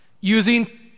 using